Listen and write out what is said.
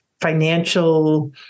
financial